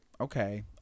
okay